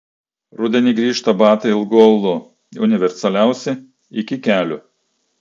rudenį grįžta batai ilgu aulu universaliausi iki kelių